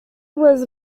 was